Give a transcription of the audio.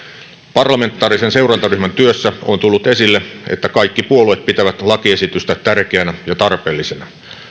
parlamentaarisen seurantaryhmän työssä on tullut esille että kaikki puolueet pitävät lakiesitystä tärkeänä ja tarpeellisena